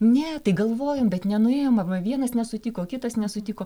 ne tai galvojom bet nenuėjom arba vienas nesutiko kitas nesutiko